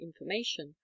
information